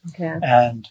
Okay